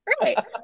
Right